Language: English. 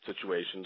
situations